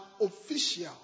official